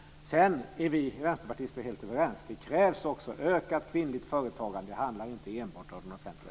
Sedan är vi vänsterpartister helt överens om att det krävs ett ökat kvinnligt företagande, det handlar inte enbart om den offentliga sektorn.